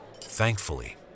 Thankfully